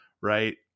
right